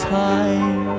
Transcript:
time